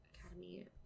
Academy